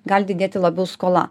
gali didėti labiau skola